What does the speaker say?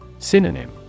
synonym